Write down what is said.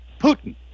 Putin